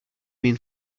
been